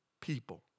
people